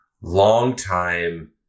longtime